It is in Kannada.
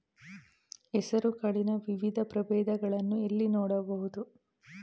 ಹೆಸರು ಕಾಳಿನ ವಿವಿಧ ಪ್ರಭೇದಗಳನ್ನು ಎಲ್ಲಿ ನೋಡಬಹುದು?